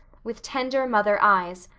with tender mother eyes,